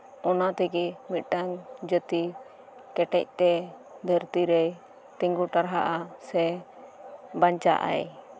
ᱚᱱᱟᱛᱮᱜᱮ ᱢᱤᱫᱴᱟᱝ ᱡᱟᱹᱛᱤ ᱠᱮᱴᱮᱡᱛᱮ ᱫᱷᱟᱹᱨᱛᱤᱨᱮᱭ ᱛᱮᱸᱜᱳ ᱴᱟᱨᱦᱟᱜᱼᱟ ᱥᱮ ᱵᱟᱧᱪᱟᱜ ᱟᱭ